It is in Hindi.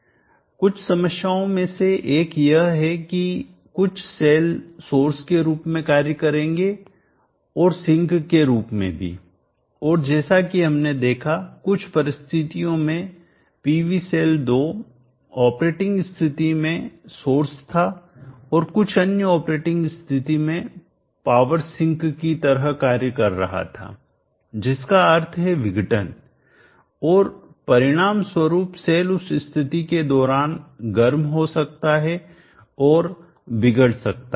मुख्य समस्याओं में से एक यह है कि कुछ सेल सोर्स के रूप में कार्य करेंगे और सिंक के रूप में भी और जैसा कि हमने देखा कुछ परिस्थितियों में पीवी सेल 2ऑपरेटिंग स्थिति में सोर्स था और कुछअन्य ऑपरेटिंग स्थिति में पावर सिंक की तरह कार्य कर रहा था जिसका अर्थ है विघटन और परिणामस्वरूप सेल उस स्थिति के दौरान गर्म हो सकता है और बिगड़ सकता है